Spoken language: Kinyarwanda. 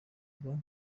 kuba